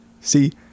See